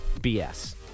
BS